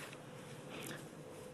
ההצעה להעביר את